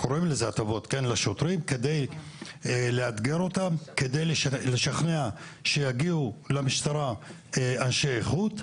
הטבות לשוטרים כדי לאתגר אותם וכדי לשכנע שיגיעו למשטרה אנשי איכות,